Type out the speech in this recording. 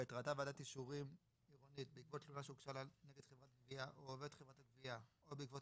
האפשרות לבטל העסקתו של עובד או לפסול